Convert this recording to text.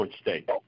state